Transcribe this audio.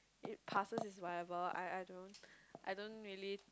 it passes is whatever I I don't I don't really